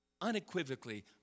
unequivocally